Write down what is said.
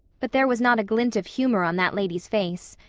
but there was not a glint of humor on that lady's face.